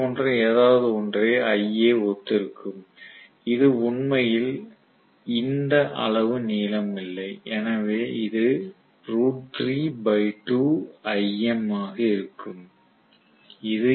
இது போன்ற ஏதாவது ஒன்றை iA ஒத்திருக்கும் இது உண்மையில் இந்த அளவு நீளம் இல்லை எனவே இது ஆக இருக்கும்